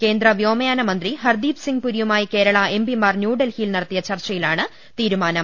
കേന്ദ്ര വ്യോമയാന മ്യ്തി ഹർദീപ്സിംഗ് പുരിയുമായി കേരള എംപിമാർ ന്യൂഡൽഹിയിൽ നടത്തിയ ചർച്ചയിലാണ് തീരുമാനം